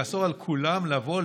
לאסור על כולם לבוא,